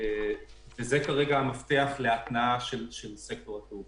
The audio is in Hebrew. וזה כרגע המפתח להתנעה של סקטור התעופה.